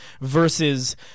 Versus